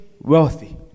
wealthy